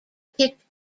kicked